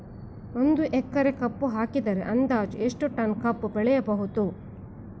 ಒಂದು ಎಕರೆ ಕಬ್ಬು ಹಾಕಿದರೆ ಅಂದಾಜು ಎಷ್ಟು ಟನ್ ಕಬ್ಬು ಬೆಳೆಯಬಹುದು?